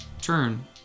turn